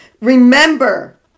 Remember